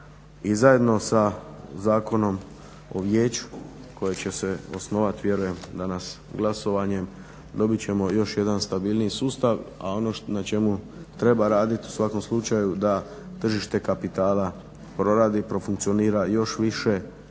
i zajedno sa Zakonom o vijeću koje će se osnovati vjerujem danas glasovanjem dobit ćemo još jedan stabilniji sustav, a ono na čemu treba raditi u svakom slučaju da tržište kapitala proradi, profunkcionira još više,